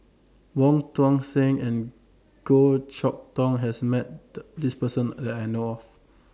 Wong Tuang Seng and Goh Chok Tong has Met The This Person that I know of